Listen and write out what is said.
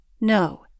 No